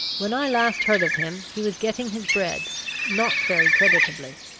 when i last heard of him, he was getting his bread not very creditably.